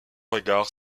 regard